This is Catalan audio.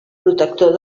protector